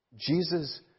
Jesus